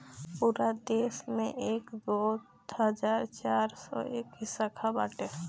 पूरा देस में एकर दो हज़ार चार सौ इक्कीस शाखा बाटे